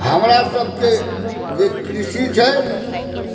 हमरासभकें जे कृषि छै